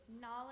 knowledge